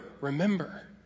remember